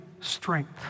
Strength